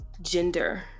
gender